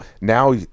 now